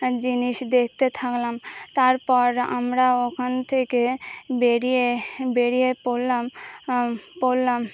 জিনিস দেখতে থাকলাম তারপর আমরা ওখান থেকে বেরিয়ে বেরিয়ে পড়লাম পড়লাম